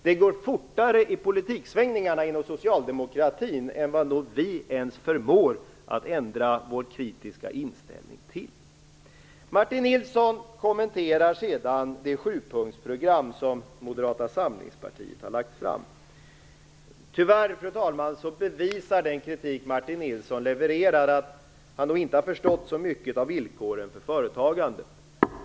Det går fortare i politiksvängningarna inom socialdemokratin än vad vi ens förmår att ändra vår kritiska inställning till. Martin Nilsson kommenterar sedan det sjupunktsprogram som Moderata samlingspartiet har lagt fram. Tyvärr, fru talman, bevisar den kritik Martin Nilsson levererar att han nog inte har förstått så mycket av villkoren för företagande.